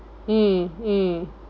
mm mm